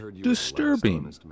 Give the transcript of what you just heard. disturbing